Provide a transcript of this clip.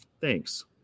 Thanks